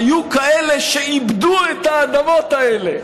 היו כאלה שעיבדו את האדמות האלה,